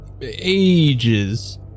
ages